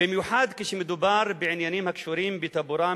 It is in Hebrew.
במיוחד כשמדובר בעניינים הקשורים בטבורם